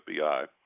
FBI